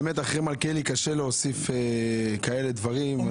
האמת, אחרי מלכיאלי קשה להוסיף כאלה דברים.